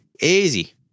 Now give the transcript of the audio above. Easy